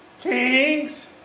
kings